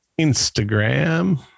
Instagram